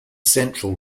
central